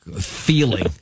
feeling